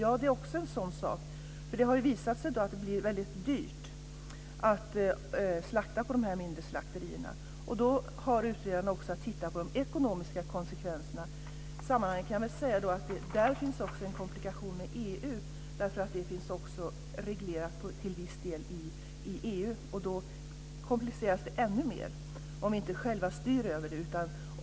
Den behöver vi också titta på. Det har visat sig att det blir väldigt dyrt att slakta på de mindre slakterierna. Utredaren har också att se på de ekonomiska konsekvenserna. Där finns dessutom en komplikation i samband med EU. Detta finns till viss del reglerat inom EU. Om vi inte själva styr över det kompliceras det ännu mer.